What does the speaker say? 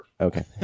Okay